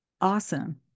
awesome